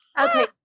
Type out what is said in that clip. okay